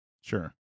Sure